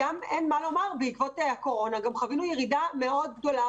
בעקבות הקורונה חווינו גם ירידה גדולה